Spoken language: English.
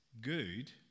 good